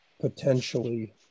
potentially